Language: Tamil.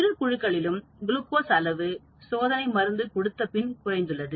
இரு குழுக்களிலும் குளுக்கோஸ் அளவு சோதனை மருந்து கொடுத்தபின் குறைந்துள்ளது